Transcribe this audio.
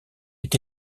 est